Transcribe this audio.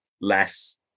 less